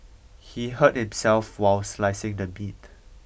he hurt himself while slicing the meat